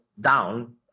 down